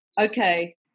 Okay